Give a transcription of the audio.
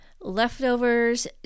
Leftovers